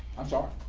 i'm sorry.